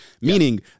Meaning